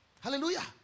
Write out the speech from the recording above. Hallelujah